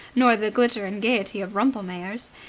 nor the glitter and gaiety of rumpelmayer's.